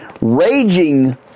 Raging